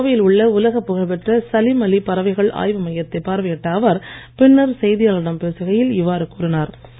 இன்று கோவையில் உள்ள உலகப் புகழ்பெற்ற சலிம் அலி பறவைகள் ஆய்வு மையத்தை பார்வையிட்ட அவர் பின்னர் செய்தியாளர்களிடம் பேசுகையில் இவ்வாறு கூறினார்